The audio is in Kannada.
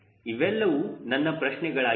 ಇವೆಲ್ಲವೂ ನನ್ನ ಪ್ರಶ್ನೆಗಳಾಗಿವೆ